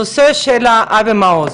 הנושא של אבי מעוז,